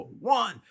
one